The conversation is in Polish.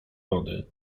wody